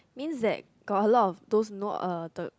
means that got a lot of those you know uh the